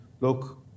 look